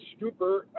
Stuper